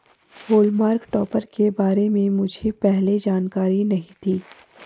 हॉल्म टॉपर के बारे में मुझे पहले जानकारी नहीं थी